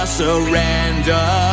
surrender